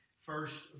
first